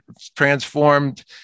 transformed